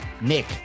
Nick